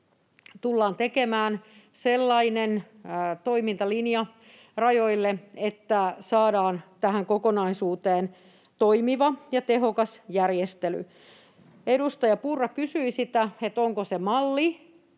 tullaan tekemään rajoille sellainen toimintalinja, että saadaan tähän kokonaisuuteen toimiva ja tehokas järjestely. Edustaja Purra kysyi sitä, onko se malli